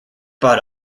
bought